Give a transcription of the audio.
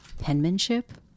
penmanship